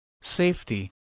Safety